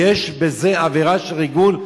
יש בזה עבירה של ריגול?